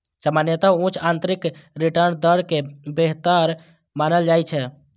सामान्यतः उच्च आंतरिक रिटर्न दर कें बेहतर मानल जाइ छै